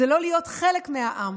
זה לא להיות חלק מהעם.